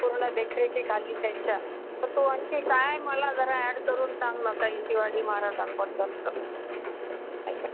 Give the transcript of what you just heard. पूर्ण देखरेखीखाल्ली त्यांच्या तर आणखी काय मला घरा ॲड करून सांग ना तरी शिवाजी महाराजांबद्दलचं